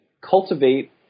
cultivate